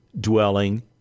dwelling